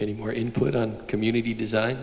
any more input on community design